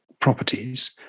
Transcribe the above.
properties